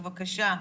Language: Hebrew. בבקשה.